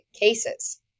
cases